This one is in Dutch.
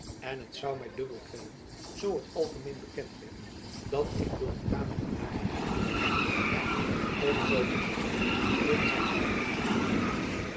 en het zoû my dubbel kwellen zoo het algemeen bejacob van lennep elizabeth musch kend werd dat ik door een kamerdienaar gered ben en my om zoo te zeggen in zijn armen bevonden heb